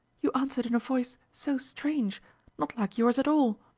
you answered in a voice so strange not like yours at all.